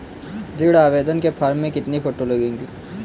ऋण आवेदन के फॉर्म में कितनी फोटो लगेंगी?